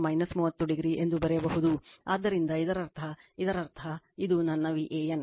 ಆದ್ದರಿಂದ ಆದ್ದರಿಂದ ಇದರ ಅರ್ಥ ಇದರರ್ಥ ಇದು ನನ್ನ Van